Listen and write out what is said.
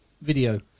video